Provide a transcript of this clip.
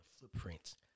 Footprints